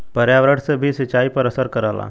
पर्यावरण से भी सिंचाई पर असर करला